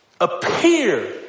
appear